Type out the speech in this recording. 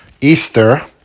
Easter